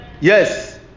Yes